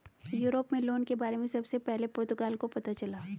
Europe में loan के बारे में सबसे पहले पुर्तगाल को पता चला